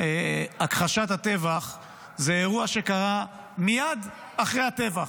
הכחשת הטבח זה אירוע שקרה מייד אחרי הטבח.